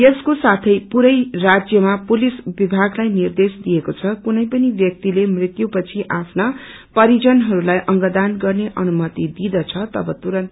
यसको साथै पूरै राज्यमा पुलिस विभागलाई निर्देश दिएको छ कुनै पनि ब्यति मृत्यु पछि आफ्ना परिजनहरूलाई अंगदान गर्ने अनुमति दिदछ तब तुरन्त